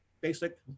basic